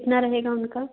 कितना रहेगा उनका